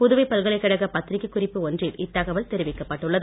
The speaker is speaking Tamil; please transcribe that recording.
புதுவை பல்கலைக்கழக பத்திரிக்கை ஒன்றில் குறிப்பு இத்தகவல் தெரிவிக்கப்பட்டுள்ளது